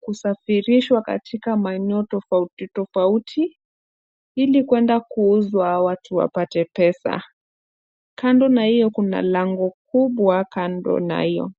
kusafirishwa katika maeneo tofauti tofauti, ili kwenda kuuzwa watu wapate pesa. Kando na hiyo kuna lango kubwa kando na hiyo.